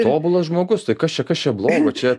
tobulas žmogus tai kas čia kas čia blogo čia